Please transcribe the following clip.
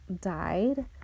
died